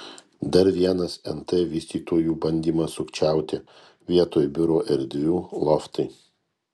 dar vienas nt vystytojų bandymas sukčiauti vietoj biuro erdvių loftai